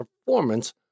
performance